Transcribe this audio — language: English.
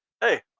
hey